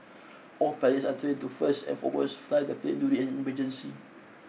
all pilots are trained to first and foremost fly the plane during an emergency